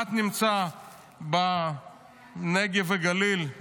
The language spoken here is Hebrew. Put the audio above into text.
אחד נמצא בנגב וגליל,